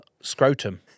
scrotum